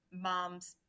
moms